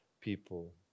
people